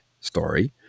story